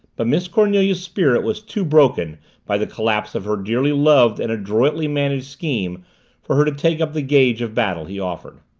but miss cornelia's spirit was too broken by the collapse of her dearly loved and adroitly managed scheme for her to take up the gauge of battle he offered.